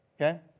Okay